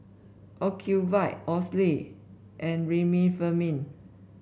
Ocuvite Oxy and Remifemin